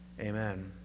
Amen